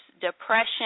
depression